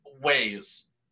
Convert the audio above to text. ways